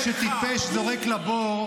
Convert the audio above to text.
למה לא ביטלתם את ההסכם?